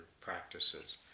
practices